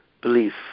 belief